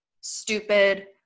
stupid